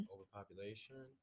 Overpopulation